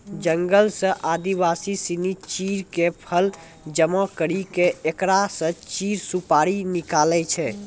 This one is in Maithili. जंगल सॅ आदिवासी सिनि चीड़ के फल जमा करी क एकरा स चीड़ सुपारी निकालै छै